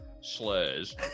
slurs